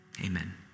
Amen